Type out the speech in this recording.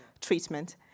treatment